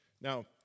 Now